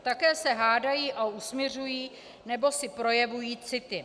Také se hádají a usmiřují nebo si projevují city.